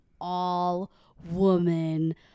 all-woman